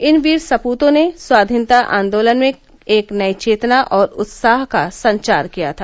इन वीर सपूतों ने स्वाधीनता आन्दोलन में एक नई चेतना और उत्साह का संचार किया था